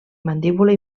mandíbula